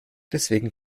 deswegen